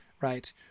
Right